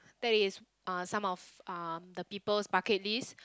that is uh some of um the people's bucket list